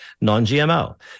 non-GMO